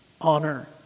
Honor